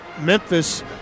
Memphis